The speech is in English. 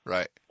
Right